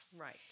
Right